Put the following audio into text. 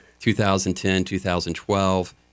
2010-2012